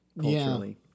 culturally